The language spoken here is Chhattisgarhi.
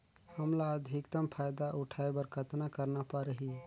हमला अधिकतम फायदा उठाय बर कतना करना परही?